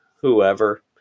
Whoever